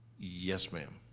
yes, ma'am.